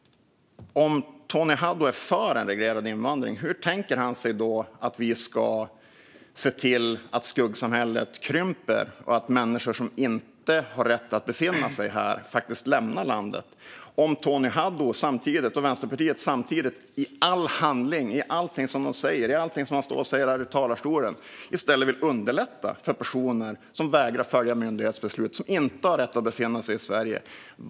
Om Tony Haddou är för en reglerad invandring undrar jag hur han tänker sig att vi ska se till att skuggsamhället krymper och att människor som inte har rätt att befinna sig här lämnar landet. Tony Haddou och Vänsterpartiet visar i all handling och i allt de säger, även här i talarstolen, att de i stället vill underlätta för personer som vägrar att följa myndighetsbeslut och som inte har rätt att befinna sig i Sverige.